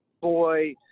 boy